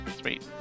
sweet